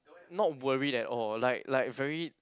not worried at all like like very